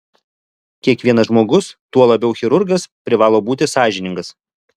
kiekvienas žmogus tuo labiau chirurgas privalo būti sąžiningas